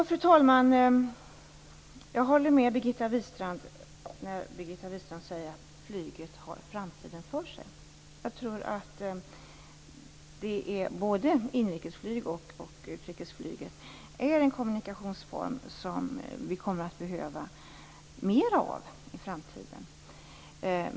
Fru talman! Jag håller med Birgitta Wistrand när hon säger att flyget har framtiden för sig. Jag tror att det gäller både inrikesflyg och utrikesflyg. Det är en kommunikationsform som vi kommer att behöva mer av i framtiden.